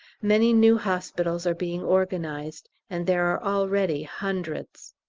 many new hospitals are being organised, and there are already hundreds.